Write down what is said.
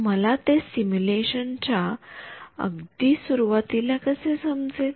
तर मला ते सिम्युलेशन च्या अगदी सुरवातीला कसे समजेल